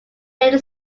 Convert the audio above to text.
many